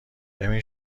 ببین